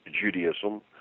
Judaism